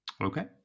Okay